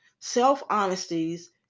Self-honesties